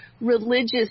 religious